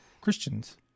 christians